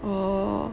orh